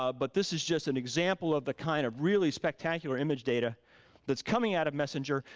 ah but this is just an example of the kind of really spectacular image data that's coming out of messenger,